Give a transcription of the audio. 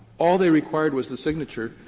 all they required was the signature,